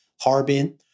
Harbin